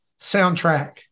soundtrack